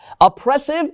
oppressive